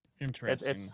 Interesting